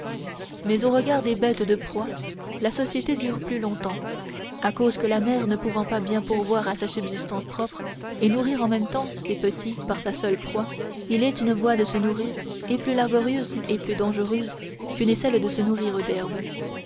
mais au regard des bêtes de proie la société dure plus longtemps à cause que la mère ne pouvant pas bien pourvoir à sa subsistance propre et nourrir en même temps ses petits par sa seule proie qui est une voie de se nourrir et plus laborieuse et plus dangereuse que n'est celle de se nourrir d'herbe